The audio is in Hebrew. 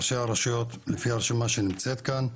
ראשי הרשויות לפי הרשימה שנמצאת כאן,